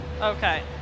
Okay